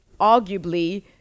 arguably